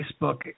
Facebook